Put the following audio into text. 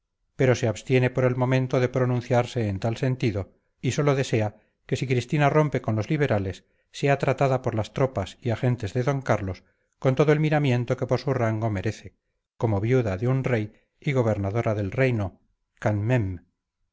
pero se abstiene por el momento de pronunciarse en tal sentido y sólo desea que si cristina rompe con los liberales sea tratada por las tropas y agentes de d carlos con todo el miramiento que por su rango merece como viuda de un rey y gobernadora del reino